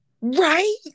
right